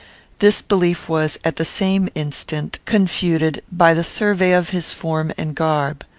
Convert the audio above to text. this belief was, at the same instant, confuted, by the survey of his form and garb.